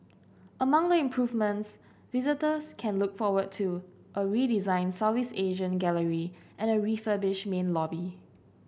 among the improvements visitors can look forward to a redesigned Southeast Asia gallery and a refurbished main lobby